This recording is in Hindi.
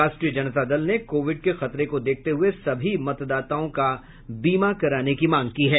राष्ट्रीय जनता दल ने कोविड के खतरे को देखते हुए सभी मतदाताओं का बीमा कराने की मांग की है